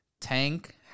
Tank